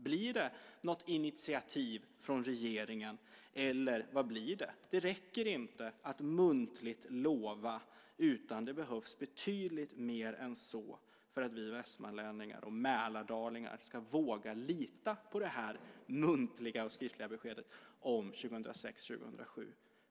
Blir det något initiativ från regeringen, eller vad blir det? Det räcker inte att muntligt lova. Det behövs betydligt mer än så för att vi västmanlänningar och mälardalingar ska våga lita på det här muntliga och skriftliga beskedet om 2006-2007.